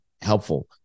helpful